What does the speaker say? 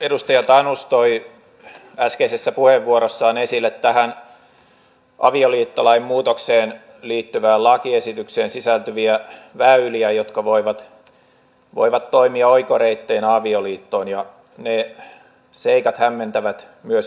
edustaja tanus toi äskeisessä puheenvuorossaan esille tähän avioliittolain muutokseen liittyvään lakiesitykseen sisältyviä väyliä jotka voivat toimia oikoreitteinä avioliittoon ja ne seikat hämmentävät myös minua